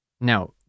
Now